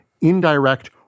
indirect